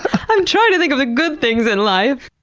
i'm trying to think of the good things in life!